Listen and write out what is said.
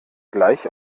gleich